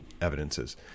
evidences